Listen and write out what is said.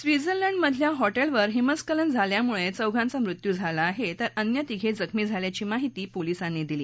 Switzerland मधल्या हॉटेलवर हिमस्खलन झाल्यामुळे चौघांचा मृत्यू झाला आहे तर अन्य तिघे जखमी झाल्याची माहिती पोलिसांनी दिली